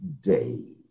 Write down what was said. day